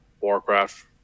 Warcraft